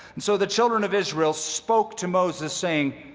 and so the children of israel spoke to moses, saying,